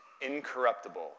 Incorruptible